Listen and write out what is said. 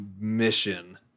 mission